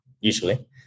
usually